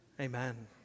amen